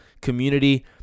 community